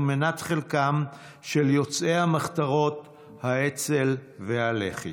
מנת חלקם של יוצאי המחתרות האצ"ל והלח"י.